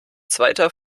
zweiter